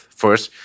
first